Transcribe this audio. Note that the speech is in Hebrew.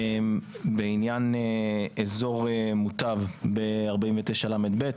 בעניין אזור מוטב ב-49לב,